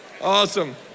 Awesome